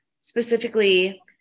specifically